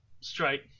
straight –